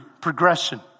progression